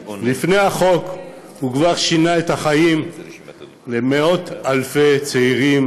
לפני החוק הוא כבר שינה את החיים למאות-אלפי צעירים